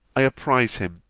i apprize him,